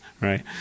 right